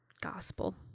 gospel